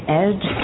edge